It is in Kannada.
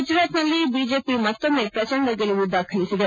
ಗುಜರಾತ್ನಲ್ಲಿ ಬಿಜೆಪಿ ಮತ್ತೊಮ್ಮೆ ಪ್ರಚಂಡ ಗೆಲುವು ದಾಖಲಿಸಿದೆ